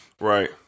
Right